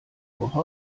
woche